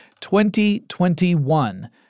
2021